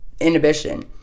inhibition